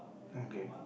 O K